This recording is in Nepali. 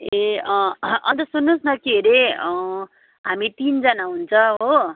ए अन्त सुन्नुहोस् न के अरे हामी तिनजना हुन्छ हो